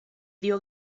dio